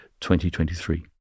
2023